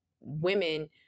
women